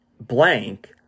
blank